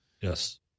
Yes